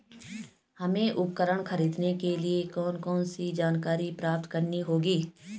हमें उपकरण खरीदने के लिए कौन कौन सी जानकारियां प्राप्त करनी होगी?